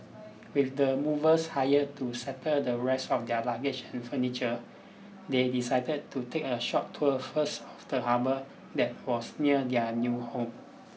with the movers hired to settle the rest of their luggage and furniture they decided to take a short tour first of the harbour that was near their new home